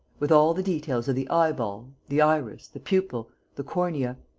with all the details of the eyeball, the iris, the pupil, the cornea.